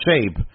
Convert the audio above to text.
shape